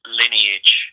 lineage